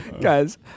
guys